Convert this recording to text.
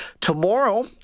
Tomorrow